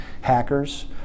hackers